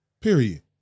Period